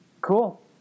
Cool